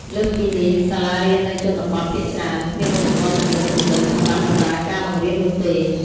លើសពីនេះ សាលារៀននៅជនបទភាគច្រើន គ្មានឧបករណ៍ទំនើបៗ សម្រាប់បម្រើការបង្រៀននោះទេ។